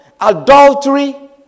adultery